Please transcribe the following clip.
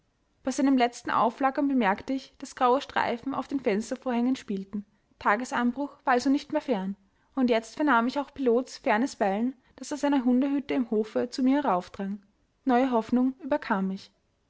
bei seinem letzten aufflackern bemerkte ich daß graue streifen auf den fenstervorhängen spielten tagesanbruch war also nicht mehr fern und jetzt vernahm ich auch pilots fernes bellen das aus einer hundehütte im hofe zu mir heraufdrang neue hoffnung kam über mich